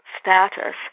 status